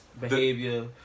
behavior